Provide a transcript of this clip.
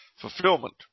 fulfillment